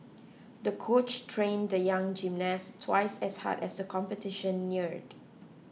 the coach trained the young gymnast twice as hard as the competition neared